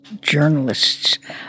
journalists